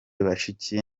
bashiki